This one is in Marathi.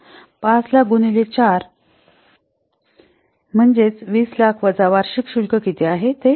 तर 500000 गुणिले ४ म्हणजेच 2000000 वजा वार्षिक शुल्क किती आहे ते